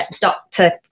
doctor